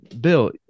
Bill